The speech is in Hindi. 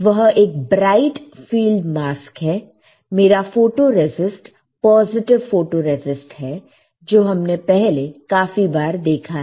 वह एक ब्राइट फील्ड मास्क है मेरा फोटोरेसिस्ट पॉजिटिव फोटोरेसिस्ट है जो हमने पहले काफी बार देखा है